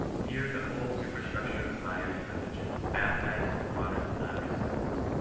here the whole superstructure of piety and religion is baptized in the waters of non-resistance.